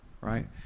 right